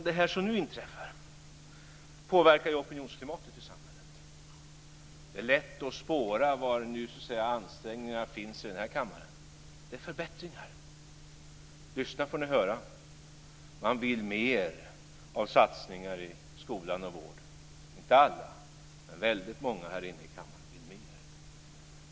Det som nu inträffar påverkar opinionsklimatet i samhället. Det är lätt att spåra var ansträngningarna finns i den här kammaren. Det är förbättringar. Lyssna får ni höra! Man vill mera av satsningar i skolan och vården, inte alla men väldigt många i denna kammare vill mera.